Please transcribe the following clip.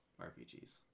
RPGs